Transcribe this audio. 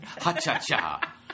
Ha-cha-cha